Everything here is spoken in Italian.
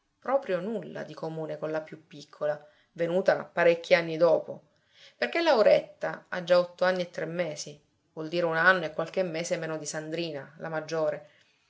proprio nulla di comune con la più piccola venuta parecchi anni dopo perché lauretta ha già otto anni e tre mesi vuol dire un anno e qualche mese meno di sandrina la maggiore